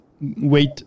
wait